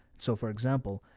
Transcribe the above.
so for example,